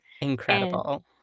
Incredible